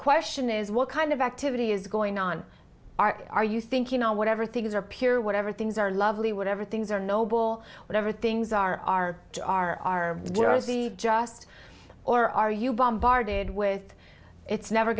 question is what kind of activity is going on are are you think you know whatever things are pure whatever things are lovely whatever things are noble whatever things are are jersey just or are you bombarded with it's never